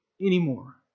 anymore